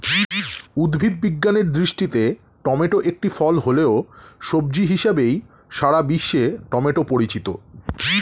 উদ্ভিদ বিজ্ঞানের দৃষ্টিতে টমেটো একটি ফল হলেও, সবজি হিসেবেই সারা বিশ্বে টমেটো পরিচিত